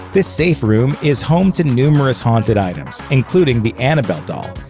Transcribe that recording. this safe room is home to numerous haunted items, including the annabelle doll.